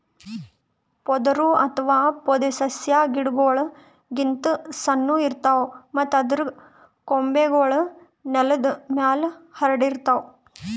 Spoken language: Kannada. ಪೊದರು ಅಥವಾ ಪೊದೆಸಸ್ಯಾ ಗಿಡಗೋಳ್ ಗಿಂತ್ ಸಣ್ಣು ಇರ್ತವ್ ಮತ್ತ್ ಅದರ್ ಕೊಂಬೆಗೂಳ್ ನೆಲದ್ ಮ್ಯಾಲ್ ಹರ್ಡಿರ್ತವ್